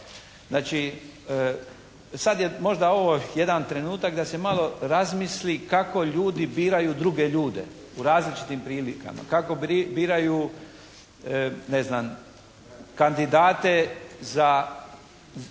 Znači sad je možda ovo jedan trenutak da se malo razmisli kako ljudi biraju druge ljude u različitim prilikama? Kako biraju kandidate za